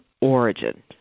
origin